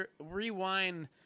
rewind